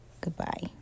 Goodbye